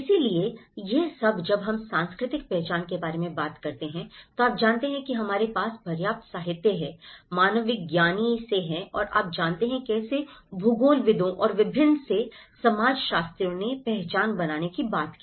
इसलिए यह सब जब हम सांस्कृतिक पहचान के बारे में बात करते हैं तो आप जानते हैं कि हमारे पास पर्याप्त साहित्य है मानवविज्ञानी से है और आप जानते हैं कैसे भूगोलविदों और विभिन्न से समाजशास्त्रियों ने पहचान बनाने की बात की